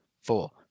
four